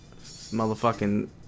Motherfucking